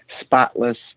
spotless